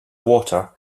water